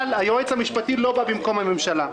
אבל היועץ המשפטי לא בא במקום הממשלה.